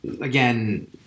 Again